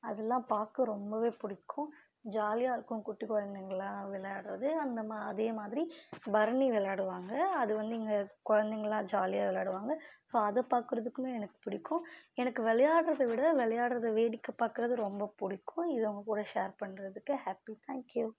அதெல்லாம் பார்க்க ரொம்பவே பிடிக்கும் ஜாலியாகருக்கும் குட்டி குழந்தைங்களா விளையாடுறது அந்த அதேமாதிரி பரணி விளாடுவாங்க அது வந்து இங்கே குழந்தைங்களா ஜாலியாக விளாடுவாங்க ஸோ அதை பார்க்றதுக்குமே எனக்கு பிடிக்கும் எனக்கு விளையாட்றத விட விளையாட்றத வேடிக்கை பார்க்குறது ரொம்ப பிடிக்கும் இதை உங்கள் கூட ஷேர் பண்ணுறத்துக்கு ஹேப்பி தேங்க்யூ